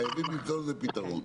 חייבים למצוא לזה פתרון.